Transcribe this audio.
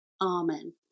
Amen